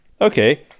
okay